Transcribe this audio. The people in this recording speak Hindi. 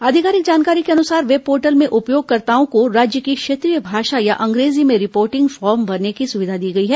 आधिकारिक जानकारी के अनुसार वेबपोर्टल में उपयोगकर्ताओं को राज्य की क्षेत्रीय भाषा या अंग्रेजी में रिपोर्टिंग फॉर्म भरने की सुविधा दी गई है